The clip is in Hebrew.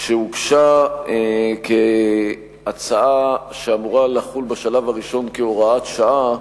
שהוגשה כהצעה שאמורה לחול בשלב הראשון כהוראת שעה,